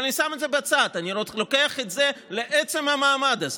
אני שם את זה בצד, אני לוקח את זה לעצם המעמד הזה.